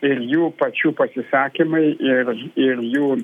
ir jų pačių pasisakymai ir ir jų